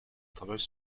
travaille